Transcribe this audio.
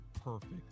perfect